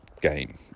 game